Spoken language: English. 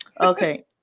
okay